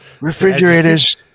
Refrigerators